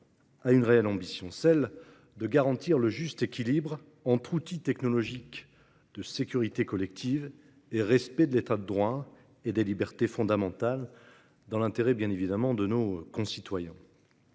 une réelle ambition : celle de garantir le juste équilibre entre outils technologiques de sécurité collective et respect de l'État de droit et des libertés fondamentales, dans l'intérêt de nos concitoyens.